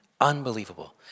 Unbelievable